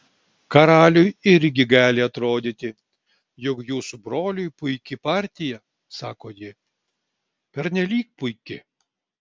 karaliui irgi gali atrodyti jog jūsų broliui puiki partija sako ji pernelyg puiki